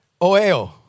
oeo